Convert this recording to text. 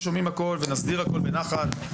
אנחנו שומעים הכול ונסדיר הכול בנחת.